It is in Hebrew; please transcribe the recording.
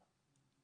לא?